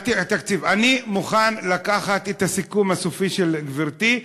אני מוכן לקחת את הסיכום הסופי של גברתי,